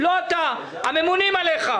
לא אתה אלא הממונים עליך.